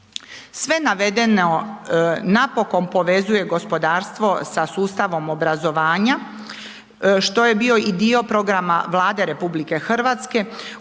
Sve navedeno napokon povezuje gospodarstvo sa sustavom obrazovanja što je i bio dio programa Vlade RH. Upravo